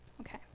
Okay